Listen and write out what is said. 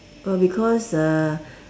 oh because uh